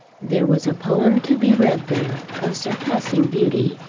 there was a poem to be read there of surpassing beauty,